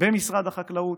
במשרד החקלאות,